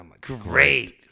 great